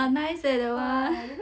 !wah! nice leh that one